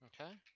Okay